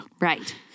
Right